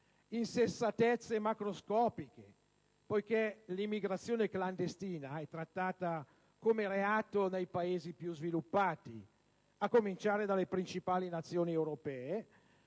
inesattezze macroscopiche, poiché l'immigrazione clandestina è trattata come reato dai Paesi più sviluppati, a cominciare dalle principali Nazioni europee